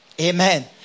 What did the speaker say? Amen